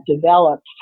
developed